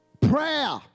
prayer